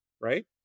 Right